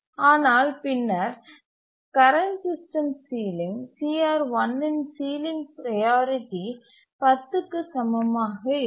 ஆனால் பின்னர் current system ceiling CR1 இன் சீலிங் ப்ரையாரிட்டி 10க்கு சமமாக இருக்கும்